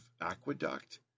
aqueduct